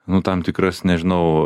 nu tam tikras nežinau